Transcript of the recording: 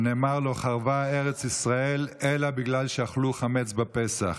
שנאמר: לא חרבה ארץ ישראל אלא בגלל שאכלו חמץ בפסח.